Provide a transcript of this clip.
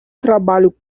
trabalho